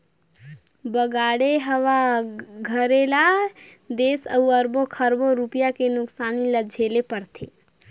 बाड़गे, हवा गरेरा ले देस ल अरबो खरबो रूपिया के नुकसानी झेले ले परथे